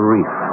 Reef